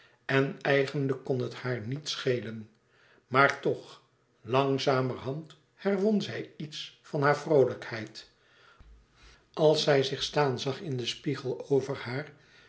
en eigenlijk kon het haar niet schelen maar toch langzamerhand herwon zij iets van hare vroolijkheid als zij zich staan zag in den spiegel over haar